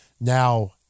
now